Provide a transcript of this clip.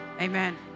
Amen